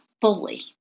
fully